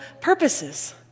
purposes